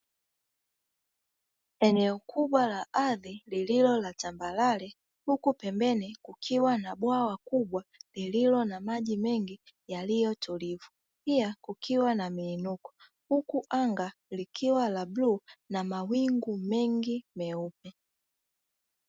Eneo kubwa la ardhi lililo la tambarare, huku pembeni kukiwa na bwawa kubwa lililo na maji mengi yaliyo tulivu, pia kukiwa na miinuko, huku anga likiwa la bluu na mawingu mengi meupe.